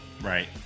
Right